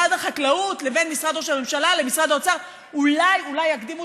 גם אזרחי מדינת ישראל מדי יום ביומו וגם התיירים שמגיעים